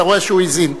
אתה רואה שהוא האזין.